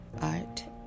art